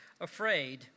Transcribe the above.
afraid